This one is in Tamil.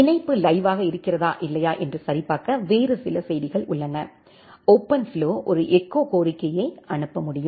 இணைப்பு லைவ்வாக இருக்கிறதா இல்லையா என்று சரிபார்க்க வேறு சில செய்திகள் உள்ளன ஓபன்ஃப்ளோ ஒரு எக்கோ கோரிக்கையை அனுப்ப முடியும்